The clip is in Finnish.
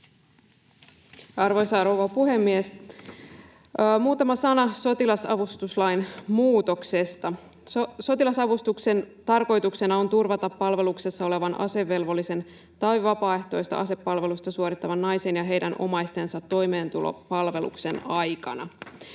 Arvoisa rouva puhemies! Muutama sana sotilasavustuslain muutoksesta. Sotilasavustuksen tarkoituksena on turvata palveluksessa olevan asevelvollisen tai vapaaehtoista asepalvelusta suorittavan naisen ja heidän omaistensa toimeentulo palveluksen aikana.